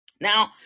Now